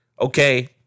okay